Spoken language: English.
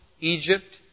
Egypt